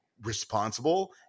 responsible